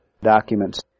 documents